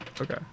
okay